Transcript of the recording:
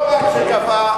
לא רק שקבעה,